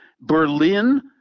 Berlin